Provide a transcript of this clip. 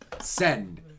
Send